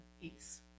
peace